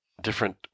different